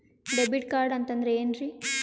Debit card ಅಂತಂದ್ರೆ ಏನ್ರೀ?